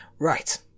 Right